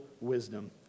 wisdom